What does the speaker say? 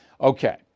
Okay